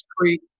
street